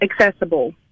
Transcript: accessible